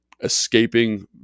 escaping